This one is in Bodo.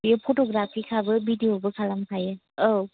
बे फट'ग्राफि खाबो भिदिअ'बो खालामखायो औ